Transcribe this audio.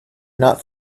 not